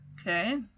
Okay